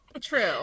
True